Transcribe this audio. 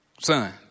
Son